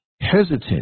hesitant